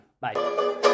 bye